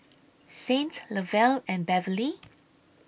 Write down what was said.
Saint Lovell and Beverley